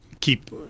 keep